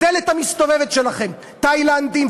הדלת המסתובבת שלכם: תאילנדים,